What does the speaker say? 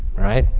right?